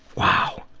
wow.